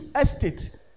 estate